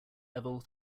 level